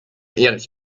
erich